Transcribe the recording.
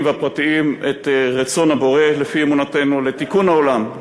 והפרטיים את רצון הבורא לפי אמונתנו לתיקון העולם,